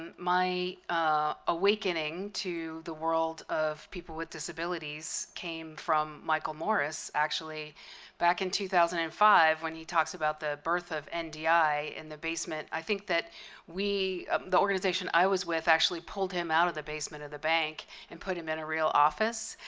um my awakening to the world of people with disabilities came from michael morris actually back in two thousand and five when he talks about the birth of and ndi in the basement. i think that we the organization i was with actually pulled him out of the basement of the bank and put him in a real office.